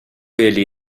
ele